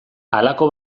halako